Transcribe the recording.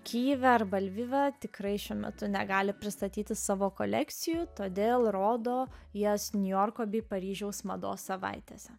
kyjive arba lvive tikrai šiuo metu negali pristatyti savo kolekcijų todėl rodo jas niujorko bei paryžiaus mados savaitėse